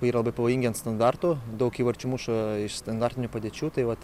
yra labai pavojingi ant standartų daug įvarčių muša iš standartinių padėčių tai vat